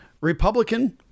Republican